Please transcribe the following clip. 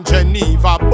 Geneva